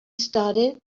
started